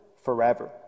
forever